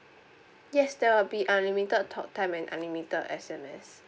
yes there will be unlimited talk time and unlimited S_M_S